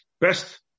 Best